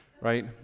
right